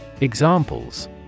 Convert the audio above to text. Examples